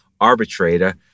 arbitrator